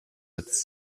its